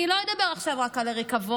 אני לא אדבר עכשיו רק על הריקבון,